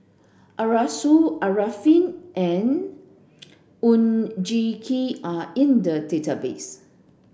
Arasu Arifin and Oon Jin Gee are in the database